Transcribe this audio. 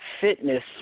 fitness